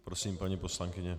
Prosím, paní poslankyně.